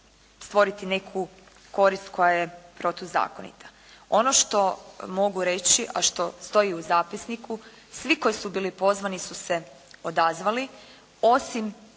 stvoriti neku korist koja je protuzakonita. Ono što mogu reći a što stoji u zapisniku, svi koji su bili pozvani su se odazvali osim